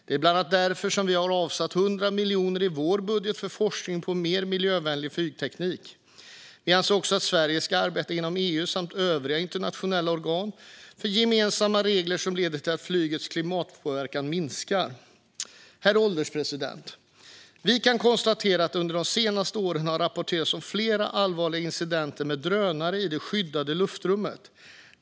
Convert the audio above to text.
Det är bland annat därför vi har avsatt 100 miljoner i vår budget för forskning på mer miljövänlig flygteknik. Vi anser också att Sverige ska arbeta inom EU samt övriga internationella organ för gemensamma regler som leder till att flygets klimatpåverkan minskar. Herr ålderspresident! Vi kan konstatera att det under de senaste åren har rapporterats om flera allvarliga incidenter med drönare i det skyddade luftrummet.